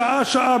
שעה-שעה,